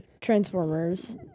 Transformers